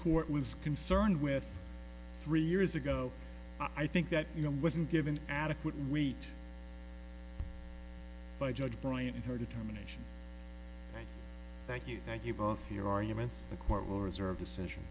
court was concerned with three years ago i think that you know wasn't given adequate wheat by judge bryant in her determination thank you thank you both for your arguments the court will reserve decision